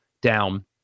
down